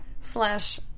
Slash